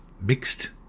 Mixed